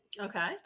Okay